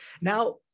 Now